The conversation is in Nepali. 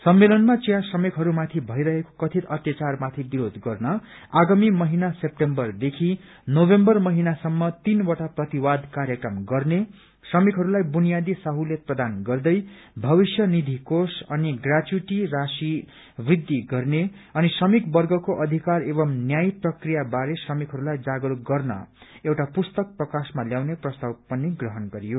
सम्मेलनमा चिया श्रमिकहरूमाथि भइरहेको कथित अत्याचार माथि विरोध गर्न आगामी महिना सितम्बरदेखि नवम्बर महिनासम्म तीनवटा प्रतिवाद कार्यक्रम गर्ने श्रमिकहरूलाई बुनियादी सहुलियत प्रदान गर्दै भविष्य नीथि कोष अनि ग्याच्युटी राशी वृद्धि गर्ने अनि श्रमिकवर्गको अधिकार एवं न्याय प्रक्रिया बारे श्रमिकहरूलाई जागरूक गर्न एउटा पुस्तक प्रकाशमा ल्याउने प्रस्ताव पनि ग्रहण गरयो